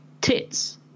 tits